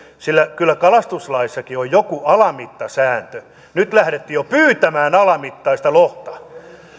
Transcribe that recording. sillä kyllä kalastuslaissakin on joku alamittasääntö nyt lähdettiin jo pyytämään alamittaista lohta